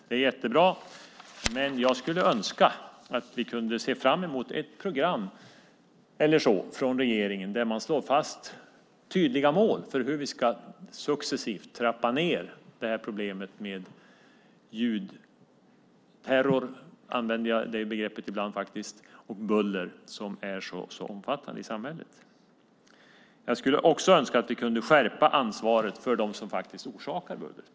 Det är jättebra, men jag skulle önska att vi kunde se fram emot ett program från regeringen där man slår fast tydliga mål för hur vi successivt ska trappa ned problemet med ljudterror - jag använder det begreppet ibland - och buller, som är så omfattande i samhället. Jag skulle också önska att vi kunde skärpa ansvaret för dem som orsakar bullret.